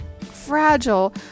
fragile